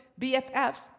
BFFs